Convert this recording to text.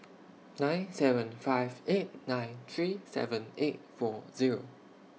nine seven five eight nine three seven eight four Zero